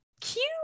Cute